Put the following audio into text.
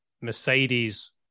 Mercedes